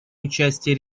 участии